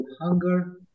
hunger